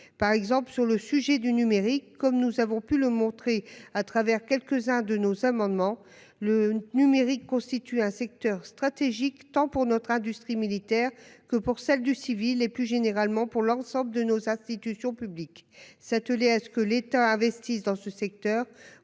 par exemple sur le sujet du numérique comme nous avons pu le montrer à travers quelques-uns de nos amendements. Le numérique constitue un secteur stratégique tant pour notre industrie militaire que pour celle du civil et plus généralement pour l'ensemble de nos institutions publiques s'atteler à ce que l'État investisse dans ce secteur